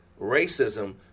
Racism